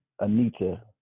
Anita